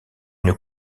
une